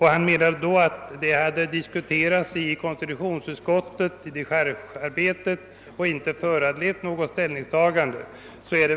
Han menade att det hade diskuterats i konstitutionsutskottets dechargearbete men inte föranlett något ställningstagande.